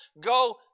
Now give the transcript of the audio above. go